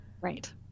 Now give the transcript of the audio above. Right